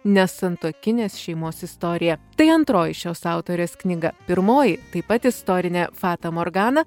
nesantuokinės šeimos istorija tai antroji šios autorės knyga pirmoji taip pat istorinė fata morgana